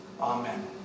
Amen